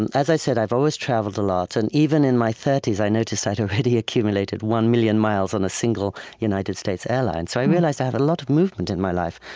and as i said, i've always traveled a lot, and even in my thirty s, i noticed i'd already accumulated one million miles on a single united states airline. so i realized i have a lot of movement in my life,